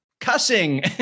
cussing